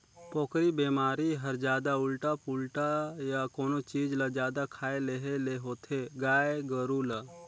पोकरी बेमारी हर जादा उल्टा पुल्टा य कोनो चीज ल जादा खाए लेहे ले होथे गाय गोरु ल